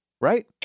right